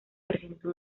presentó